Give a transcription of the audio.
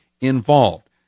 involved